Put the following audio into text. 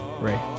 Ray